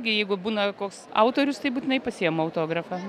jeigu būna koks autorius tai būtinai pasiimu autografą